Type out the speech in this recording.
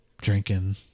drinking